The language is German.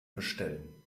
bestellen